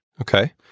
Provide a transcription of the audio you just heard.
Okay